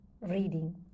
reading